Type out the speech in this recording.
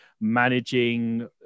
managing